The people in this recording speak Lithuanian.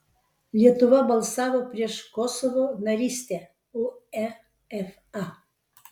lietuva balsavo prieš kosovo narystę uefa